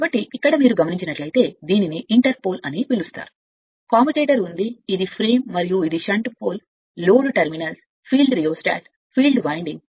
కాబట్టి ఇక్కడ మీరు చూస్తే మీరు దీనిని ఇంటర్ పోల్ అని పిలుస్తారు కమ్యుటేటర్ ఉంది ఇది ఫ్రేమ్ మరియు ఇది shunt pole load terminals field rheostat field winding